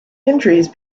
injuries